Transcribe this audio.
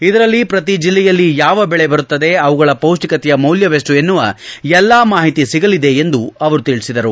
ಇದರಲ್ಲಿ ಪ್ರತಿ ಜಿಲ್ಲೆಯಲ್ಲಿ ಯಾವ ಬೆಳೆ ಬರುತ್ತದೆ ಅವುಗಳ ಪೌಷ್ಠಿಕತೆಯ ಮೌಲ್ಯವಷ್ಟು ಎನ್ನುವ ಎಲ್ಲ ಮಾಹಿತಿ ಸಿಗಲಿದೆ ಎಂದು ಅವರು ತಿಳಿಸಿದರು